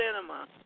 Cinema